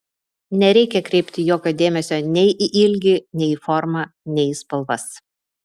nereikia kreipti jokio dėmesio nei į ilgį nei į formą nei į spalvas